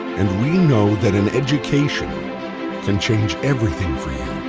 and we know that an education can change everything for you.